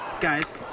Guys